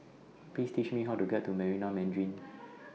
Please teach Me How to get to Marina Mandarin